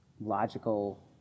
logical